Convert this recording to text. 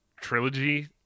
Trilogy